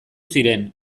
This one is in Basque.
ziren